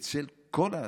אצל כל האסירים,